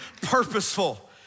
purposeful